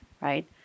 right